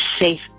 safe